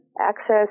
access